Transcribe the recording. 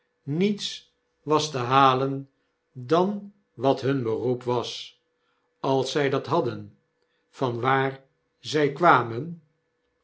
niets was te halen dan wat hun beroep was als zij dat hadden van waar zy kwamen